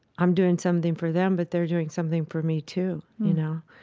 i'm doing something for them, but they're doing something for me too, you know?